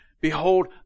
Behold